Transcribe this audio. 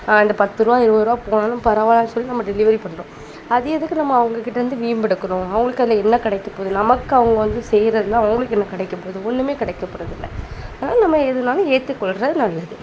இந்த பத்துருபா இருவதுருபா போனாலும் பரவாயில்லைன்னு சொல்லி நம்ம டெலிவரி பண்ணுறோம் அது எதுக்கு நம்ம அவங்ககிட்டருந்து வீம்பு எடுக்கணும் அவங்களுக்கு அதில் என்ன கிடைக்கப் போகுது நமக்கு அவங்க வந்து செய்றதில் அவங்களுக்கு என்ன கிடைக்கப் போகுது ஒன்றுமே கிடைக்கப் போகிறது இல்லை அதனால் நம்ம எதுன்னாலும் ஏற்றுக் கொள்கிறது நல்லது